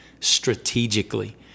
strategically